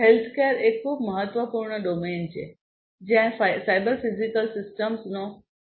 healthcare એ ખૂબ મહત્વપૂર્ણ ડોમેન છે જ્યાં સાયબર ફિઝિકલ સિસ્ટમ્સનો વ્યાપકપણે ઉપયોગ થાય છે